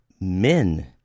men